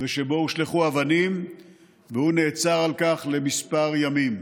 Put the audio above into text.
ושבו הושלכו אבנים והוא נעצר על כך לכמה ימים.